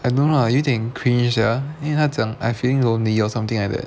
uh no lah like 有点 cringe 的 like I feeling lonely or something like that